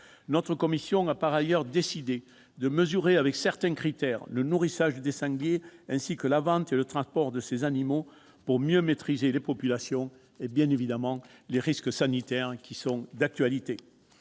Notre commission a par ailleurs décidé de mesurer avec certains critères le nourrissage des sangliers, ainsi que la vente et le transport de ces animaux, pour mieux maîtriser les populations et les risques sanitaires, lesquels sont d'actualité.